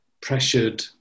pressured